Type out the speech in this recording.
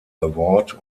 award